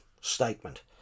statement